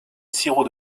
sirop